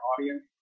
audience